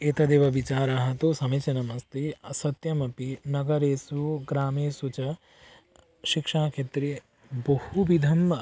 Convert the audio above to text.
एतदेव विचाराः तु समीचीनमस्ति असत्यमपि नगरेषु ग्रामेषु च शिक्षाक्षेत्रे बहुविधम्